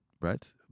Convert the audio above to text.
right